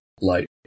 light